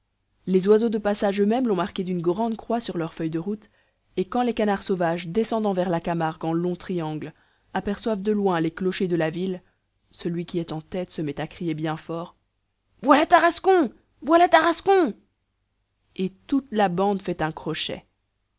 les oiseaux de passage eux-mêmes l'ont marqué d'une grande croix sur leurs feuilles de route et quand les canards sauvages descendant vers la camargue en longs triangles aperçoivent de loin les clochers de la ville celui qui est en tête se met à crier bien fort voilà tarascon voilà tarascon et toute la bande fait un crochet